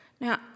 Now